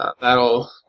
That'll